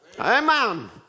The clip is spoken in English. Amen